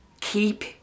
keep